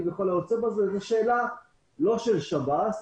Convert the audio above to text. וכל היוצא בזה זאת שאלה לא של שב"ס,